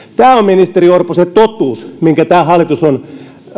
on ministeri orpo se totuus minkä tämä hallitus on